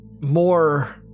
more